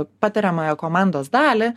patariamąją komandos dalį